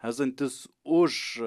esantis už